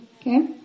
Okay